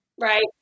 right